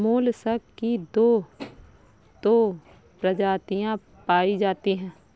mollusc की तो दो प्रजातियां पाई जाती है